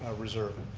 ah reserve.